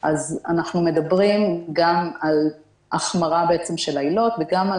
אז אנחנו מדברים גם על החמרה של העילות וגם על